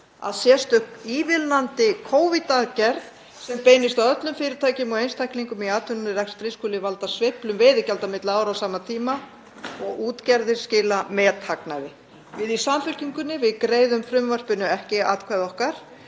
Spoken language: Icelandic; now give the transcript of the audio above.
að sérstök ívilnandi Covid-aðgerð sem beinist að öllum fyrirtækjum og einstaklingum í atvinnurekstri skuli valda sveiflum veiðigjalds milli ára á sama tíma og útgerðir skila methagnaði. Við í Samfylkingunni greiðum frumvarpinu ekki atkvæði okkar